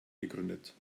gegründet